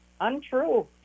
untrue